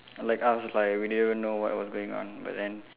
like us like we didn't even know what was going on but then